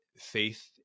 faith